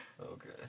Okay